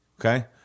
Okay